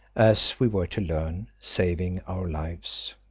as we were to learn, saving our lives.